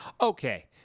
Okay